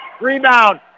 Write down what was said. Rebound